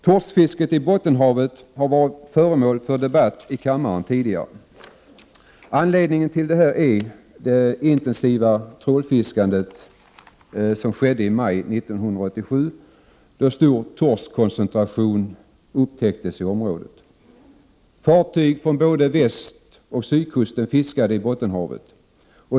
Torskfisket i Bottenhavet har varit föremål för debatt i denna kammare tidigare. Anledningen till detta är det intensiva trålfiskandet som skedde i maj 1987, då stor torskkoncentration upptäcktes i området. Fartyg från både västoch sydkusten fiskade i Bottenhavet.